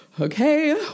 Okay